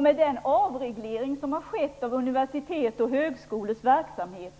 Med den avreglering som har skett av universitets och högskolors verksamhet